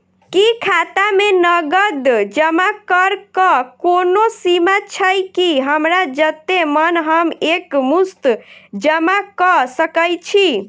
की खाता मे नगद जमा करऽ कऽ कोनो सीमा छई, की हमरा जत्ते मन हम एक मुस्त जमा कऽ सकय छी?